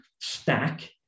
stack